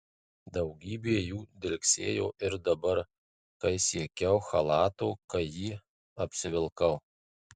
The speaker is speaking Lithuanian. daugybė jų dilgsėjo ir dabar kai siekiau chalato kai jį apsivilkau